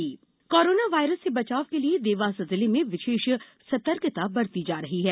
corona सतर्कता corona virus से बचाव के लिए देवास जिले मे विशेष सतर्कता बरती जा रही है